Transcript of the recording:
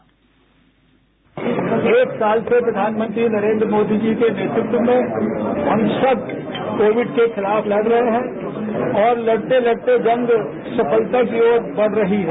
bite एक साल से प्रधानमंत्री नरेन्द्र मोदी जी के नेतृत्व में हम सब कोविड के खिलाफ लड रहे हैं और लड़ते लडते जंग सफलता की ओर बढ रही है